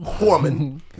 woman